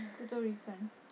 puerto rican